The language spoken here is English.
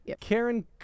Karen